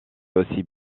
aussi